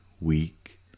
weak